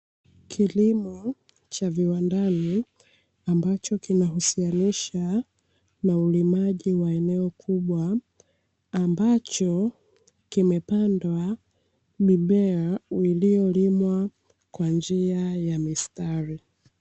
Kilimo cha viwandani ambacho kinahusianisha na ulimaji wa eneo kubwa ambacho kimepandwa mmea uliolimwa kwa njia ya mistari.